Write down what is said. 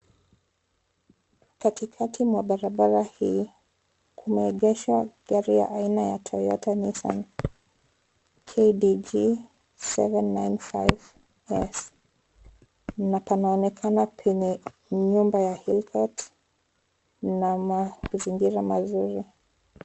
Katikati mwa barabara hii, kumeengeshwa gari ya aina ya toyota nissan KDG795S na panaonekana penye nyumba ya HILL COURT na mazingira mazuri.